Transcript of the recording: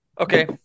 Okay